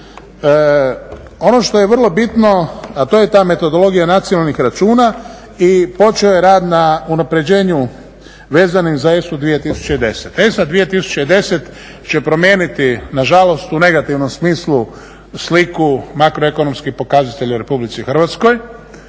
Ono što je vrlo bitno, a to je ta metodologija nacionalnih računa i počeo je rad na unapređenju vezanim za ESU 2010. ESA 2010. će promijeniti na žalost u negativnom smislu sliku makroekonomskih pokazatelja u Republici Hrvatskoj.